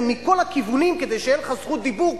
מכל הכיוונים כדי שתהיה לך זכות דיבור,